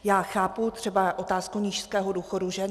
Já chápu třeba otázku nízkého důchodu žen.